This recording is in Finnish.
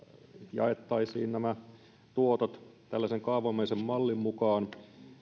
jaettaisiin nämä tuotot tällaisen kaavamaisen mallin mukaan